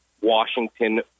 Washington